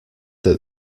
that